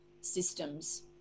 systems